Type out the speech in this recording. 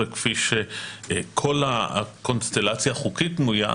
כפי שכל הקונסטלציה החוקית בנויה,